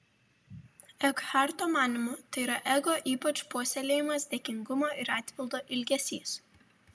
ekharto manymu tai yra ego ypač puoselėjamas dėkingumo ir atpildo ilgesys